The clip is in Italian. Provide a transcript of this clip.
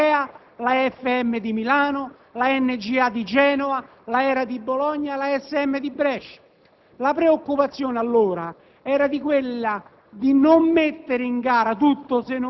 è grande 10 volte l'ACEA, la AEM di Milano, la AMGA di Genova, la HERA di Bologna, la ASM di Brescia. La preoccupazione allora era quella